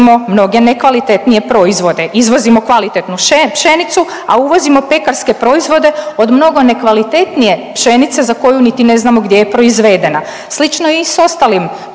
uvozimo mnoge nekvalitetnije proizvode. Izvozimo kvalitetnu pšenicu, a uvozimo pekarske proizvode od mnogo nekvalitetnije pšenice za koju niti ne znamo gdje je proizvedena. Slično je i s ostalim